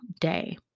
day